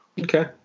Okay